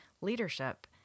leadership